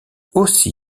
aussi